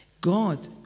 God